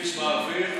קיש באוויר,